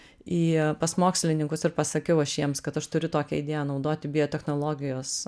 į pas mokslininkus ir pasakiau aš jiems kad aš turiu tokią idėją naudoti biotechnologijos